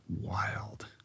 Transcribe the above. wild